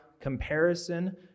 comparison